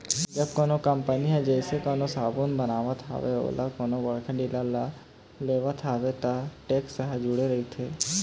जब कोनो कंपनी ह जइसे कोनो साबून बनावत हवय अउ ओला कोनो बड़का डीलर ह लेवत हवय त टेक्स ह जूड़े रहिथे